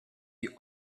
die